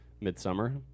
Midsummer